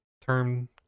term